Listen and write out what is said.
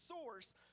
source